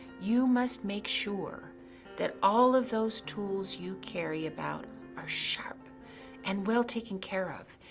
you must make sure that all of those tools you carry about are sharp and well taken care of,